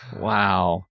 wow